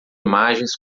imagens